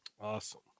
Awesome